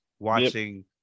Watching